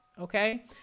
okay